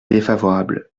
défavorable